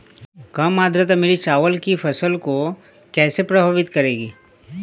कम आर्द्रता मेरी चावल की फसल को कैसे प्रभावित करेगी?